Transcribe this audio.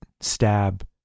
stab